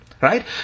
Right